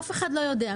אף אחד לא יודע.